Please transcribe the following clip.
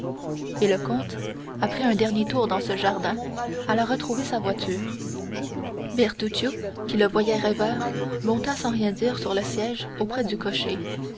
et le comte après un dernier tour dans ce jardin alla retrouver sa voiture bertuccio qui le voyait rêveur monta sans rien dire sur le siège auprès du cocher